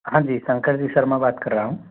हाँ जी शंकर जी शर्मा बात कर रहा हूँ